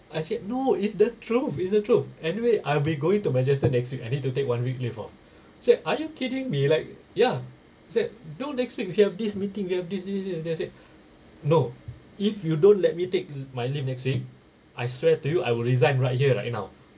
I said no it's the truth it's the truth anyway I'll be going to manchester next week I need to take one week leave off say are you kidding me like ya say no next week you have this meeting you have this this this then I say no if you don't let me take l~ my leave next week I swear to you I will resign right here right now